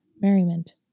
merriment